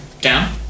down